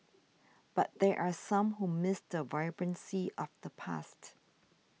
but there are some who miss the vibrancy of the past